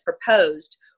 proposed